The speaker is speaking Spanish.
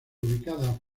ubicadas